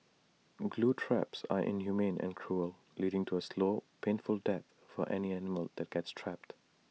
glue traps are inhumane and cruel leading to A slow painful death for any animal that gets trapped